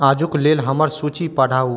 आजुक लेल हमर सूची पढ़ाउ